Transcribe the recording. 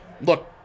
look